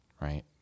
right